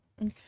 Okay